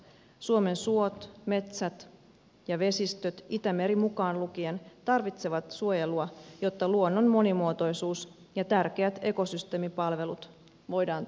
suomen suot metsät ja vesistöt itämeri mukaan lukien tarvitsevat suojelua jotta luonnon monimuotoisuus ja tärkeät ekosysteemipalvelut voidaan turvata